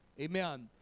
Amen